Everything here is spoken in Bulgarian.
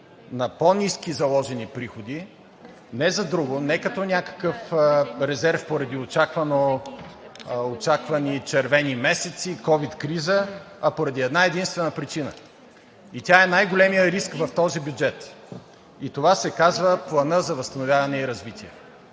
на по-ниски заложени приходи не за друго, не като някакъв резерв поради очаквани червени месеци, ковид криза, а поради една-единствена причина и тя е най-големият риск в този бюджет и това се казва: План за възстановяване и развитие.